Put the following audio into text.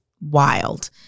wild